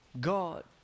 God